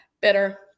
Bitter